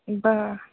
बरं